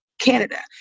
canada